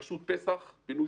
בראשות פס"ח פינוי,